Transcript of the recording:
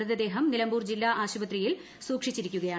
മൃതദേഹം നിലമ്പൂർ ജില്ലാ ആശുപത്രിയിൽ സൂക്ഷിച്ചിരിക്കുകയാണ്